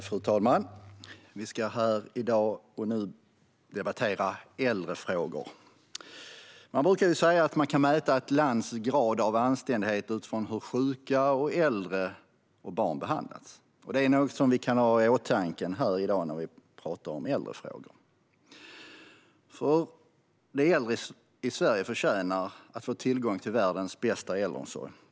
Fru talman! Vi debatterar nu äldrefrågor. Man bruka säga att man kan mäta ett lands grad av anständighet utifrån hur sjuka, äldre och barn behandlas. Det är något vi kan ha i åtanke i dag. De äldre i Sverige förtjänar att få tillgång till världens bästa äldreomsorg.